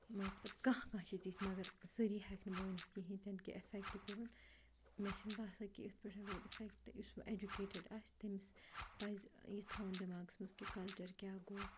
مطلب کانٛہہ کانٛہہ چھِ تِتھۍ مگر سٲرۍ ہٮ۪کہٕ نہٕ بہٕ ؤنِتھ کِہیٖنۍ تہِ نہٕ کہِ اٮ۪فٮ۪کٹ کوٚرُن مےٚ چھِنہٕ باسان یِتھ پٲٹھۍ روٗد اِفٮ۪کٹ یُس وۄنۍ ایجوٗکیٹٕڈ آسہِ تٔمِس پَزِ یہِ تھاوُن دٮ۪ماغَس منٛز کہِ کَلچَر کیٛاہ گوٚو